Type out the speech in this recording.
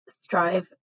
strive